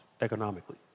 economically